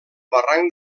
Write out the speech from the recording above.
barranc